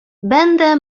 będę